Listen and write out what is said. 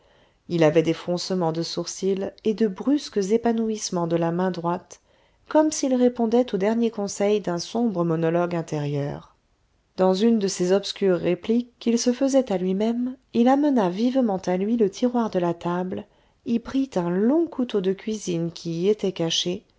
il avait des froncements de sourcils et de brusques épanouissements de la main droite comme s'il répondait aux derniers conseils d'un sombre monologue intérieur dans une de ces obscures répliques qu'il se faisait à lui-même il amena vivement à lui le tiroir de la table y prit un long couteau de cuisine qui y était caché